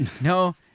No